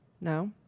no